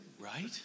Right